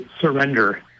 surrender